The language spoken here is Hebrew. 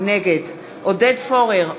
נגד עודד פורר,